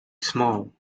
small